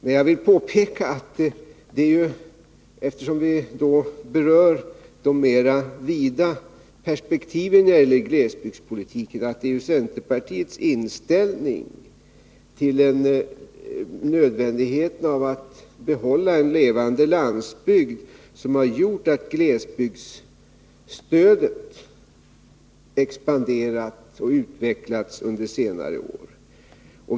Men jag vill påpeka, eftersom vi då berör de mera vida perspektiven när det gäller glesbygdspolitiken, att det är centerpartiets inställning till nödvändigheten av att behålla en levande landsbygd som har gjort att glesbygdsstödet expanderat och utvecklats under senare år.